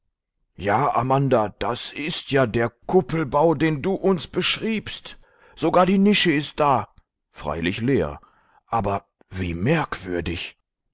ja amanda das ist ja der kuppelbau den du uns beschriebst sogar die nische ist da freilich leer aber wie merkwürdig